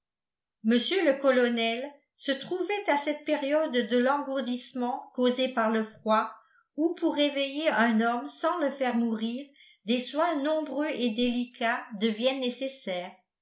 mr le colonel se trouvait à cette période de l'engourdissement causé par le froid où pour réveiller un homme sans le faire mourir des soins nombreux et délicats deviennent nécessaires